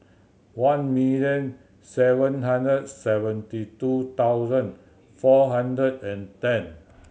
one million seven hundred seventy two thousand four hundred and ten